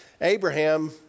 Abraham